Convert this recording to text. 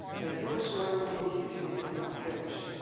that whosoever will believe in him, will not perish,